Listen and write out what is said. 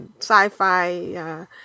sci-fi